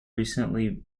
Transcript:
recently